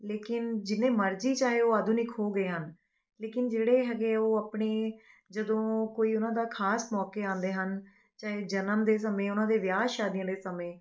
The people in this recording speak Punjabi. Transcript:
ਲੇਕਿਨ ਜਿੰਨੇ ਮਰਜ਼ੀ ਚਾਹੇ ਉਹ ਆਧੁਨਿਕ ਹੋ ਗਏ ਹਨ ਲੇਕਿਨ ਜਿਹੜੇ ਹੈਗੇ ਉਹ ਆਪਣੇ ਜਦੋਂ ਕੋਈ ਉਹਨਾਂ ਦਾ ਖਾਸ ਮੌਕੇ ਆਉਂਦੇ ਹਨ ਚਾਹੇ ਜਨਮ ਦੇ ਸਮੇਂ ਉਹਨਾਂ ਦੇ ਵਿਆਹ ਸ਼ਾਦੀਆਂ ਦੇ ਸਮੇਂ